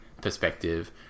perspective